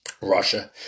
Russia